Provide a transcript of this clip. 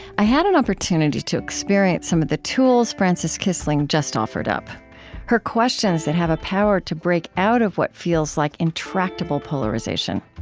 i had an opportunity to experience some of the tools frances kissling just offered up her questions that have a power to break out of what feels like intractable polarization.